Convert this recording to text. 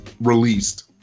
released